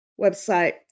website